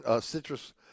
citrus